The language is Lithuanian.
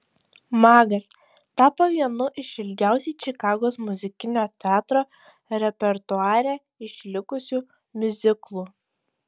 magas tapo vienu iš ilgiausiai čikagos muzikinio teatro repertuare išlikusių miuziklų